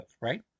right